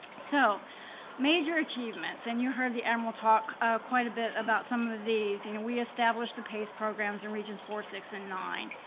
so major achievements, and you heard the admiral talk quite a bit about some of these, you know we established the pace programs in regions four, six and nine.